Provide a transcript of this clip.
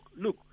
look